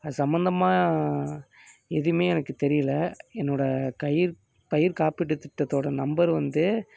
அது சம்மந்தமாக எதுவுமே எனக்கு தெரியல என்னோடய கயிர் பயிர் காப்பீட்டு திட்டத்தோடய நம்பர் வந்து